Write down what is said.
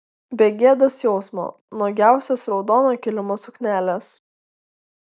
be gėdos jausmo nuogiausios raudono kilimo suknelės